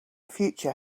future